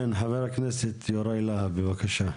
כן, חה"כ יוראי להב, בבקשה.